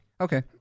okay